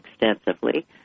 extensively